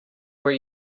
were